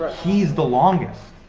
he's the longest.